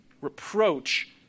reproach